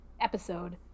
episode